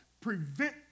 prevent